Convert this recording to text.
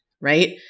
right